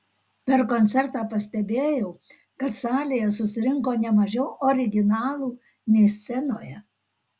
per koncertą pastebėjau kad salėje susirinko ne mažiau originalų nei scenoje